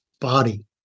body